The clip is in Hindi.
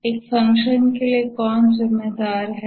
एक फंक्शन के लिए कौन जिम्मेदार है